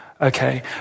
Okay